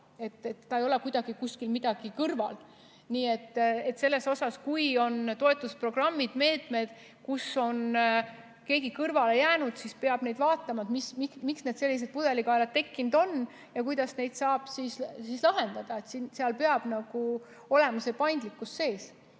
kuidagi kuskil midagi kõrval. Nii et selles mõttes, kui on toetusprogrammid, meetmed, kus on keegi kõrvale jäänud, siis peab vaatama, miks sellised pudelikaelad tekkinud on ja kuidas neid saab lahendada. Seal peab olema paindlikkus sees.